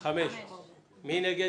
6 נגד,